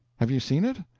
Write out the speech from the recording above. have you seen it?